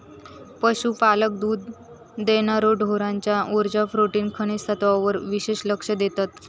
पशुपालक दुध देणार्या ढोरांच्या उर्जा, प्रोटीन, खनिज तत्त्वांवर विशेष लक्ष देतत